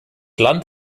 land